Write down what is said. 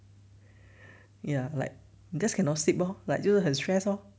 ya like just cannot sleep lor like 就很 stress lor